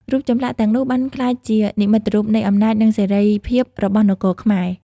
រូបចម្លាក់ទាំងនោះបានក្លាយជានិមិត្តរូបនៃអំណាច និងសិរីភាពរបស់នគរខ្មែរ។